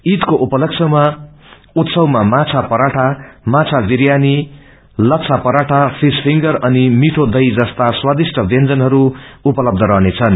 ईदको उपलब्ध्यमा उतसवमा माछा पराइा माछा बिरयानी लच्छा पराठा फिस फिंगर अनि मिठो दश्री जस्ता स्वादिष्ठ व्याजनहरू उपलब्ध रहनेछन्